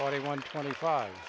already won twenty five